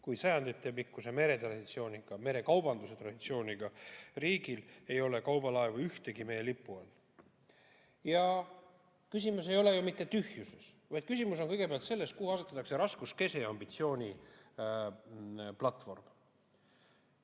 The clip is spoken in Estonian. sajanditepikkuse meretraditsiooniga, merekaubanduse traditsiooniga riigil, ei ole ühtegi kaubalaeva meie lipu all? Küsimus ei ole ju mitte tühjuses, vaid küsimus on kõigepealt selles, kuhu asetatakse raskuskese ja ambitsiooni platvorm.